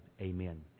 Amen